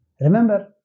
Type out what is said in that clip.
Remember